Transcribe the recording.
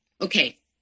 okay